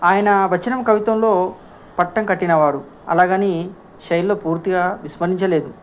ఆయన వచనం కవితంలో పట్టం కట్టినవారు అలాగని శైలిలో పూర్తిగా విస్మనించలేదు